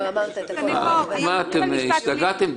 מה, אתם השתגעתם?